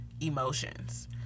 emotions